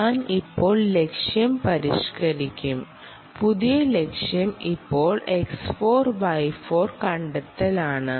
ഞാൻ ഇപ്പോൾ ലക്ഷ്യം പരിഷ്ക്കരിക്കും പുതിയ ലക്ഷ്യം ഇപ്പോൾ X4 Y4 കണ്ടെത്തലാണ്